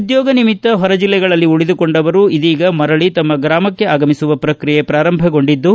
ಉದ್ಯೋಗ ನಿಮಿತ್ತ ಹೊರ ಜಿಲ್ಲೆಗಳಲ್ಲಿ ಉಳಿದುಕೊಂಡವರು ಇದೀಗ ಮರಳಿ ತಮ್ಮ ಗ್ರಾಮಕ್ಕೆ ಆಗಮಿಸುವ ಪ್ರಕ್ರಿಯೆ ಪ್ರಾರಂಭಗೊಂಡಿದ್ದು